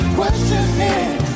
questioning